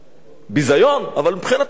ביזיון, אבל מבחינתו זה שכר הולם.